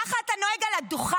ככה אתה נוהג על הדוכן?